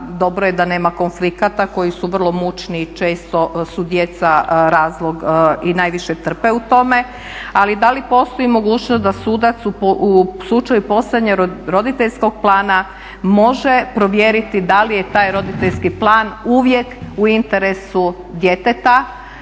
dobro je da nema konflikata koji su vrlo mučni i često su djeca razlog i najviše trpe u tome, ali da li postoji mogućnost da sudac u slučaju postojanja roditeljskog plana može provjeriti da li je taj roditeljski plan uvijek u interesu djeteta